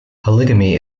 polygamy